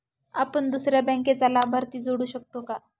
आपण दुसऱ्या बँकेचा लाभार्थी जोडू शकतो का?